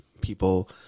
people